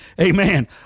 amen